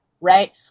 right